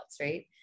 right